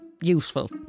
useful